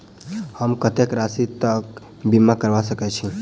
हम कत्तेक राशि तकक बीमा करबा सकैत छी?